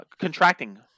contracting